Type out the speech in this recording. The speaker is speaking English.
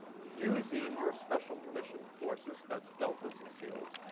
using your special mission forces, that's deltas and seals,